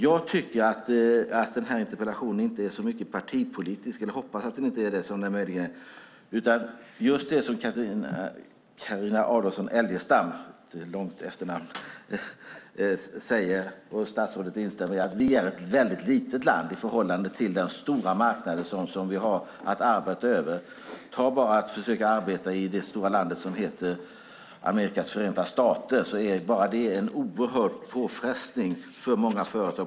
Jag tycker att den här interpellationen inte så mycket är partipolitisk, eller jag hoppas att den inte är det, utan den handlar om det som Carina Adolfsson Elgestam säger och som statsrådet instämmer i: att vi är ett väldigt litet land i förhållande till den stora marknad som vi har att arbeta över. Ta bara att försöka arbeta i det stora landet som heter Amerikas förenta stater! Bara det är en oerhörd påfrestning för många företag.